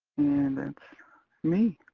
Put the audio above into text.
and that's me.